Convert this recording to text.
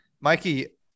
Mikey